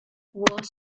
was